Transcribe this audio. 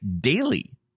daily